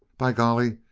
by golly,